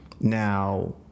Now